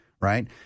right